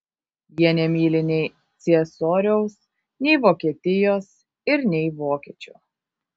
jie nemyli nei ciesoriaus nei vokietijos ir nei vokiečių